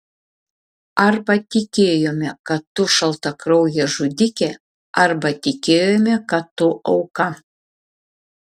arba tikėjome kad tu šaltakraujė žudikė arba tikėjome kad tu auka